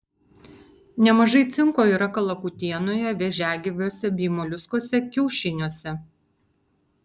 nemažai cinko yra kalakutienoje vėžiagyviuose bei moliuskuose kiaušiniuose